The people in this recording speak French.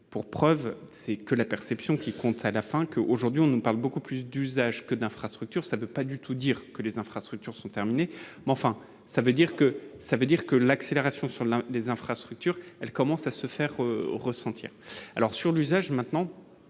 pour preuve, c'est que la perception qui compte à la fin que aujourd'hui on nous parle beaucoup plus d'usage que d'infrastructure, cela ne peut pas du tout dire que les infrastructures sont terminées, mais enfin, ça veut dire que ça veut dire que l'accélération sur l'un des infrastructures qu'elle commence à se faire ressentir alors sur l'usage maintenant